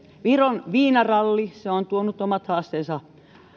viron viinaralli on tuonut omat haasteensa